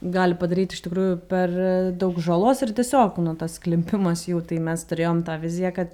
gali padaryt iš tikrųjų per daug žalos ir tiesiog nu tas klimpimas jų tai mes turėjom tą viziją kad